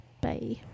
Bye